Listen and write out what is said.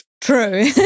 True